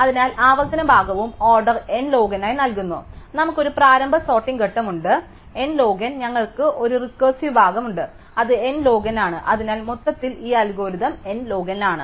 അതിനാൽ ആവർത്തന ഭാഗവും ഓർഡർ n ലോഗ് n ആയി നൽകുന്നു അതിനാൽ നമുക്ക് ഒരു പ്രാരംഭ സോർട്ടിംഗ് ഘട്ടം ഉണ്ട് n ലോഗ് n ഞങ്ങൾക്ക് ഒരു റിക്കർസീവ് ഭാഗം ഉണ്ട് അത് n ലോഗ് n ആണ് അതിനാൽ മൊത്തത്തിൽ ഈ അൽഗോരിതം n ലോഗ് n ആണ്